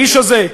האיש הזה,